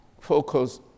focus